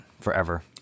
forever